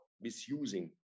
misusing